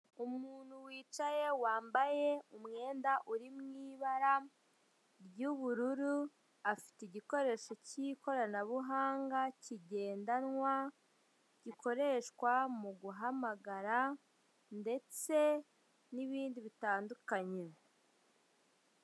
Umuntu wicaye wambaye umwenda urimo ibara ry'ubururu afite igikoresho cy'ikoranabuhanga kigendanwa gikoreshwa mu guhamagara ndetse n'ibindi bitandukanye.